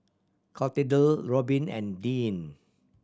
Clotilde Robbin and Deann